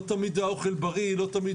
לא תמיד האוכל בריא, לא תמיד